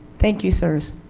thank you sirs.